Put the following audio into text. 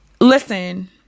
Listen